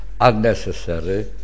unnecessary